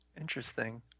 interesting